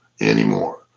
anymore